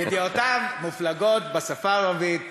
ידיעותיו מופלגות, בשפה הערבית,